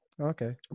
Okay